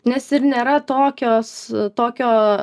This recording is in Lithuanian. nes ir nėra tokios tokio